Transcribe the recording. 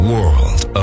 World